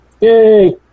Yay